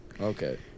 Okay